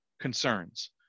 concerns